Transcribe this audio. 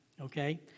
okay